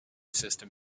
system